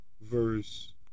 verse